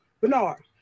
Bernard